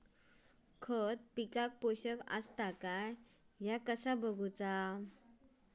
खता पिकाक पोषक आसत काय ह्या कसा बगायचा?